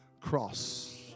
cross